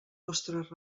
vostres